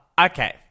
Okay